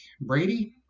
Brady